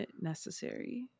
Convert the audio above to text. necessary